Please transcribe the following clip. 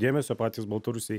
dėmesio patys baltarusiai